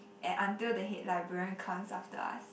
and until the head librarian comes after us